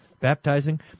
baptizing